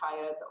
tired